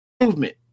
movement